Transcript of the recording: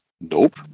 Nope